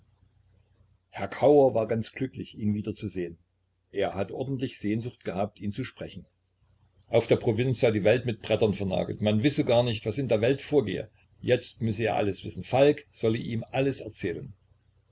herr kauer war ganz glücklich ihn wiederzusehen er hatte ordentlich sehnsucht gehabt ihn zu sprechen auf der provinz sei die welt mit brettern vernagelt man wisse gar nicht was in der welt vorgehe jetzt müsse er alles wissen falk solle ihm alles erzählen